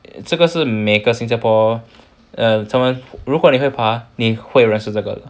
这个每个新加坡 err 他们如果你会爬你会认识这个的